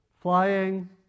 flying